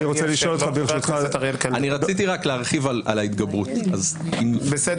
השלושה שהשארת שם הם חסרי כוח, הם לקישוט.